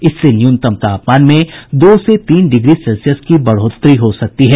इससे न्यूनतम तापमान में दो से तीन डिग्री सेल्सियस की बढ़ोतरी हो सकती है